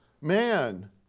Man